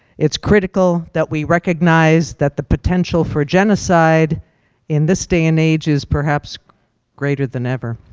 it's critical that we recognize that the potential for genocide in this day and age is perhaps greater than ever.